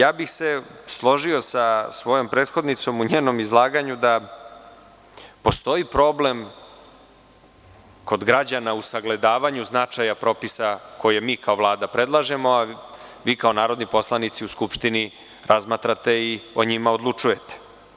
Složio bih se sa svojom prethodnicom u njenom izlaganju da postoji problem kod građana u sagledavanju značaja propisa koje mi kao Vlada predlažemo, a vi kao narodni poslanici u Skupštini razmatrate i o njima odlučujete.